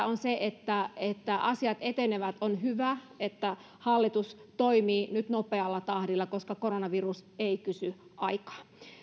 on se että että asiat etenevät on hyvä että hallitus toimii nyt nopealla tahdilla koska koronavirus ei kysy aikaa